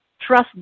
Trust